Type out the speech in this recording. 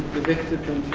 evicted